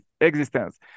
existence